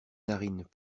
narines